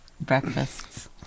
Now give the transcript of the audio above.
breakfasts